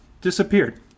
disappeared